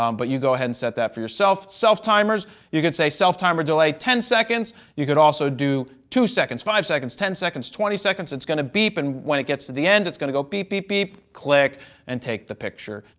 um but you go ahead and set that up for yourself. self-timers, you can say self-timer delay ten seconds. you could also do two seconds, five seconds, ten seconds, twenty seconds, it's going to beep and when it gets to the end, it's going to go beep, beep, beep, click and take the picture.